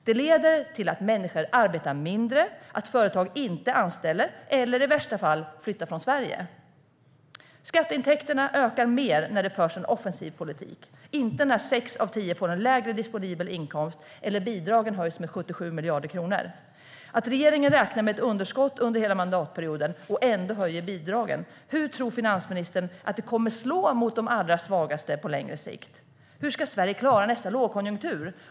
Det leder i stället till att människor arbetar mindre och till att företag undviker att anställa eller i värsta fall flyttar från Sverige. Skatteintäkterna ökar mer när det förs en offensiv politik, inte när sex av tio får en lägre disponibel inkomst eller när bidragen höjs med 77 miljarder kronor. Att regeringen räknar med ett underskott under hela mandatperioden och ändå höjer bidragen - hur tror finansministern att det kommer att slå mot de allra svagaste på längre sikt? Hur ska Sverige klara nästa lågkonjunktur?